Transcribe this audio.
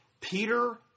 Peter